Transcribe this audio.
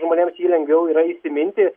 žmonėms jį lengviau yra įsiminti